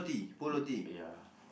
it ya